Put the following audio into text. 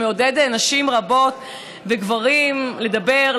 שמעודד נשים רבות וגברים לדבר,